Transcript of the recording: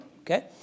Okay